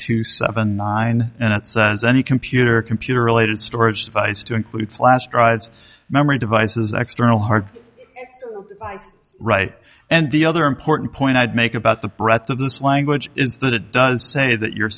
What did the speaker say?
two seven nine and it says any computer computer related storage device to include flash drives memory devices external hard right and the other important point i'd make about the breadth of this language is that it does say that you're